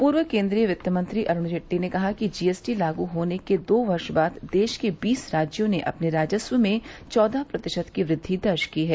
पूर्व केन्द्रीय वित्त मंत्री अरूण जेटली ने कहा है कि जीएसटी लागू होने के दो वर्ष बाद देश के बीस राज्यों ने अपने राजस्व में चौदह प्रतिशत की वृद्धि दर्ज की है